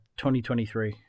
2023